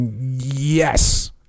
yes